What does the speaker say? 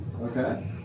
okay